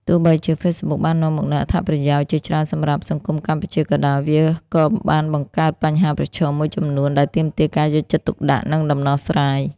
ទោះបីជា Facebook បាននាំមកនូវអត្ថប្រយោជន៍ជាច្រើនសម្រាប់សង្គមកម្ពុជាក៏ដោយ វាក៏បានបង្កើត បញ្ហាប្រឈម មួយចំនួនដែលទាមទារការយកចិត្តទុកដាក់ និងដំណោះស្រាយ។